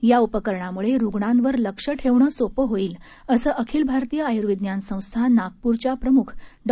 या उपकरणाम्ळे रुग्णांवर लक्ष ठेवणं सोपं होईल असं अखिल भारतीय आय्र्विज्ञान संस्था नागपूरच्या प्रम्ख डॉ